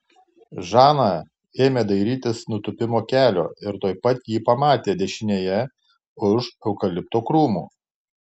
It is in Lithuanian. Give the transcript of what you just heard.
žana ėmė dairytis nutūpimo kelio ir tuoj pat jį pamatė dešinėje už eukalipto krūmų